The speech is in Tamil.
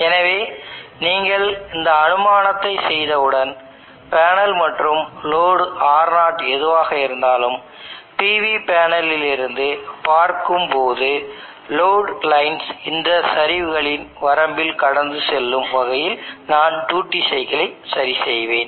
எனவே நீங்கள் இந்த அனுமானத்தை செய்தவுடன் பேனல் மற்றும் லோடு Ro எதுவாக இருந்தாலும் PV பேனலில் இருந்து பார்க்கும் போது லோடு லைன்ஸ் இந்த சரிவுகளின் வரம்பில் கடந்து செல்லும் வகையில் நான் டியூட்டி சைக்கிளை சரிசெய்வேன்